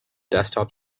desktop